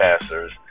passers